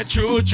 True